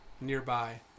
nearby